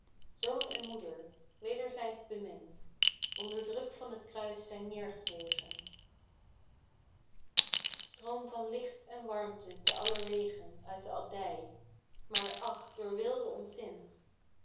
zoon en moeder wederzijds bemind onder druk van t kruis zijn neergezegen stroom van licht en warmte te allerwegen uit de abdij maar ach door weelde ontzint